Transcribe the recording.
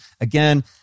again